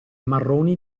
marroni